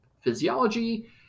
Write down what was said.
physiology